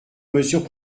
mesures